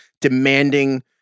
demanding